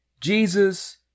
Jesus